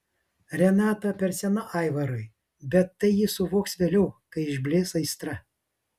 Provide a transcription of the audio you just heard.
renata per sena aivarui bet tai jis suvoks vėliau kai išblės aistra